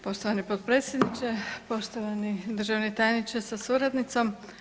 Poštovani potpredsjedniče, poštovani državni tajniče sa suradnicom.